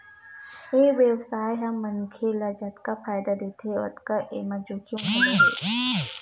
ए बेवसाय ह मनखे ल जतका फायदा देथे ओतके एमा जोखिम घलो हे